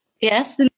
yes